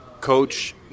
coach